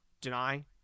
deny